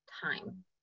time